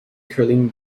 curling